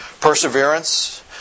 Perseverance